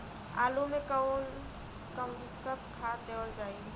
आलू मे कऊन कसमक खाद देवल जाई?